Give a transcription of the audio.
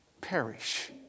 perish